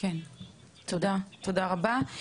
תודה רבה.